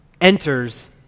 enters